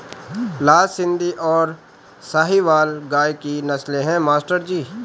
लाल सिंधी और साहिवाल गाय की नस्लें हैं मास्टर जी